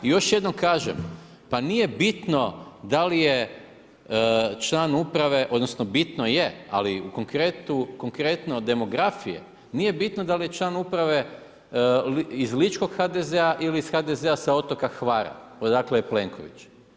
I još jednom kažem, pa nije bitno da li je član uprave, odnosno, bitno je, ali konkretno demografije, nije bitno da li je član uprave iz ličkog HDZ-a ili iz HDZ-a sa otoka Hvara, odakle je Plenković.